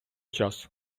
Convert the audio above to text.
часу